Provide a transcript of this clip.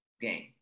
game